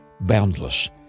boundless